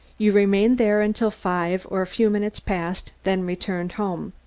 you remained there until five, or a few minutes past, then returned home.